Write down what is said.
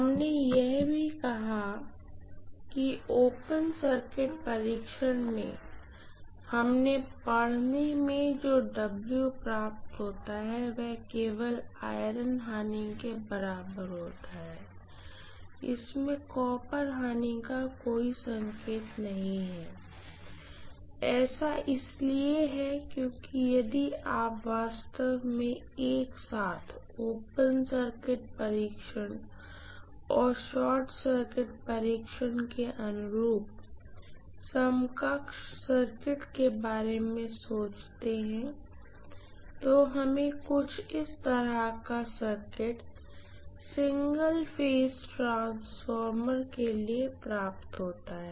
हमने यह भी कहा कि ओपन सर्किट परीक्षण में हमें पढ़ने में जो W0 प्राप्त होता है वह केवल आयरन लॉस के बराबर होता है इसमें कॉपर लॉस का कोई संकेत नहीं है ऐसा इसलिए है क्योंकि यदि आप वास्तव में एक साथ ओपन सर्किट परीक्षण और शॉर्ट सर्किट परीक्षण के अनुरूप समकक्ष सर्किट के बारे में सोचते हैं तो हमें कुछ इस तरह का समक्ष सर्किट सिंगल फेज ट्रांसफार्मर के लिए प्राप्त होता है